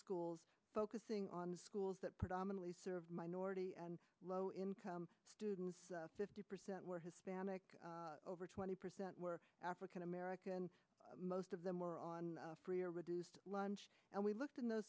schools focusing on schools that predominately serve minority and low income students fifty percent were hispanic over twenty percent were african american most of them were on free or reduced lunch and we looked in th